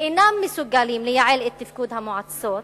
אינם מסוגלים לייעל את תפקוד המועצות,